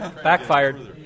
backfired